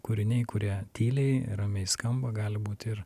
kūriniai kurie tyliai ramiai skamba gali būti ir